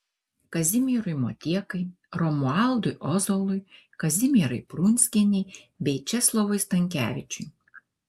kazimierui motiekai romualdui ozolui kazimierai prunskienei bei česlovui stankevičiui